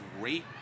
great